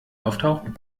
auftauchen